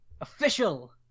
Official